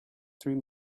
through